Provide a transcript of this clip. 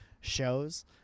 shows